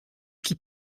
qui